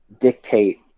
dictate